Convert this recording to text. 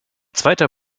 zweiter